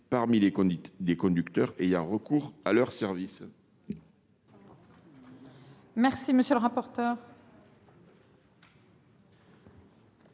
parmi les conducteurs ayant recours à leur service.